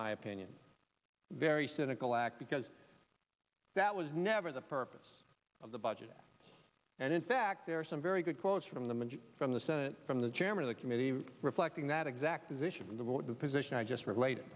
my opinion a very cynical act because that was never the purpose of the budget and in fact there are some very good quotes from them and from the senate from the chairman of the committee reflecting that exact position toward the position i just related